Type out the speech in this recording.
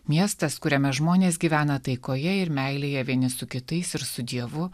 miestas kuriame žmonės gyvena taikoje ir meilėje vieni su kitais ir su dievu